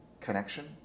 connection